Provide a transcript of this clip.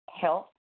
health